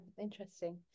interesting